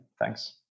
Thanks